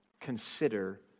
Consider